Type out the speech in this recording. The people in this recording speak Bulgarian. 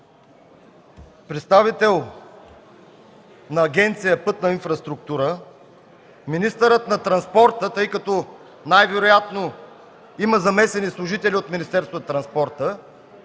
представител на Агенция „Пътна инфраструктура”, министърът на транспорта, тъй като най-вероятно има замесени служители от Министерство на транспорта,